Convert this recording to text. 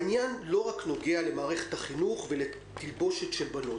העניין לא רק נוגע למערכת החינוך ולתלבושת של בנות.